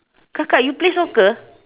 kakak you play soccer